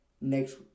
next